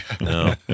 No